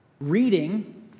Reading